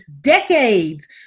decades